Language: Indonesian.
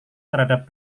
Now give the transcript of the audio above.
terhadap